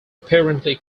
apparently